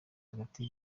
hagati